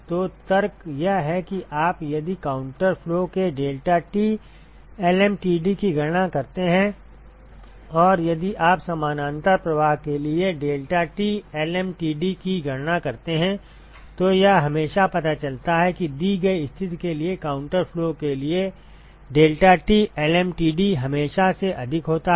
तो तर्क यह है कि यदि आप काउंटर फ्लो के deltaT lmtd की गणना करते हैं और यदि आप समानांतर प्रवाह के लिए deltaT lmtd की गणना करते हैं तो यह हमेशा पता चलता है कि दी गई स्थिति के लिए काउंटर फ्लो के लिए deltaT lmtd हमेशा से अधिक होता है